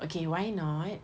okay why not